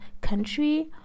country